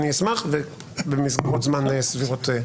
אני אשמח שתעשה זאת במסגרות זמן סבירות,